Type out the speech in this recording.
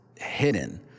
hidden